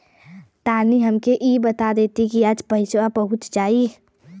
तनि हमके इ बता देती की पइसवा आज पहुँच जाई?